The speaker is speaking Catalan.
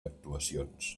actuacions